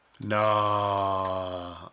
nah